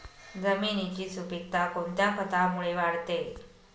जमिनीची सुपिकता कोणत्या खतामुळे वाढते?